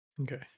Okay